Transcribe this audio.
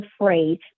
afraid